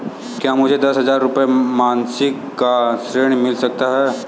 क्या मुझे दस हजार रुपये मासिक का ऋण मिल सकता है?